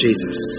Jesus